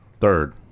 Third